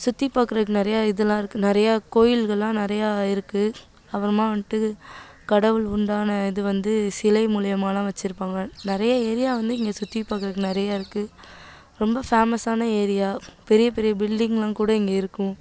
சுற்றி பார்க்கறதுக்கு நிறையா இதெலாம் இருக்குது நிறையா கோயில்கள்லாம் நிறையா இருக்குது அப்புறமா வந்துட்டு கடவுள் உண்டான இது வந்து சிலை மூலயமாலாம் வச்சிருப்பாங்க நிறையா ஏரியா வந்து இங்கே சுற்றி பார்க்கறதுக்கு நிறையா இருக்குது ரொம்ப ஃபேமஸ்ஸான ஏரியா பெரிய பெரிய பில்டிங்கெலாம் கூட இங்கே இருக்கும்